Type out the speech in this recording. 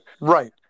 right